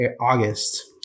August